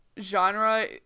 genre